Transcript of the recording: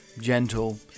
Gentle